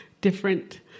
Different